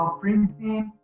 printing